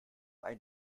einen